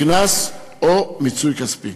קנס או פיצוי כספי.